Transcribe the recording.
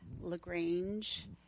LaGrange